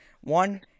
one